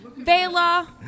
Vela